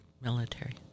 military